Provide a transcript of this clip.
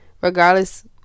Regardless